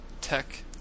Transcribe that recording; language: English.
tech